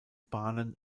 bahnen